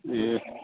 ए